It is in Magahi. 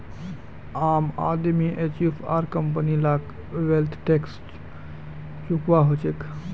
आम आदमी एचयूएफ आर कंपनी लाक वैल्थ टैक्स चुकौव्वा हछेक